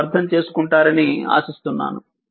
మీరు అర్థం చేసుకుంటారని ఆశిస్తున్నాను